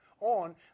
on